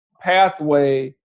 pathway